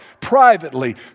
privately